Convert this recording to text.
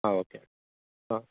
ಹಾಂ ಓಕೆ ಹಾಂ